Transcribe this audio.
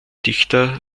dichter